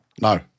No